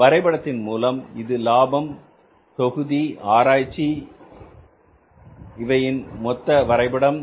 வரைபடத்தின் மூலம் இது லாபம் தொகுதி ஆராய்ச்சி இன்மொத்த வரைபடம்